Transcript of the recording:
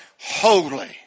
Holy